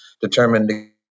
determined